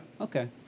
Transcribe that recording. Okay